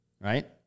Right